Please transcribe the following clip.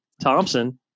Thompson